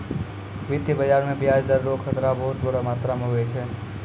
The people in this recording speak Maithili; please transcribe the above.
वित्तीय बाजार मे ब्याज दर रो खतरा बहुत बड़ो मात्रा मे हुवै छै